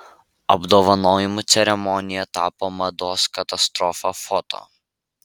apdovanojimų ceremonija tapo mados katastrofa foto